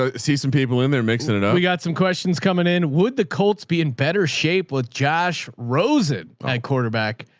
ah see some people in there mixing it up. we got some questions coming in. would the colts be in better shape with josh rosen at quarterback?